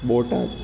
Botad